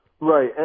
Right